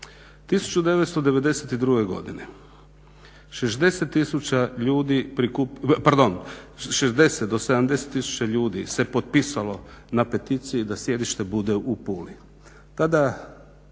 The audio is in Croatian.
60 do 70 tisuća ljudi se potpisalo na peticije da sjedište bude u Puli. Tada